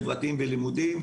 חברתיים ולימודיים,